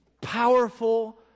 Powerful